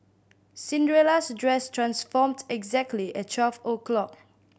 Cinderella's dress transformed exactly at twelve o' clock